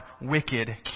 wicked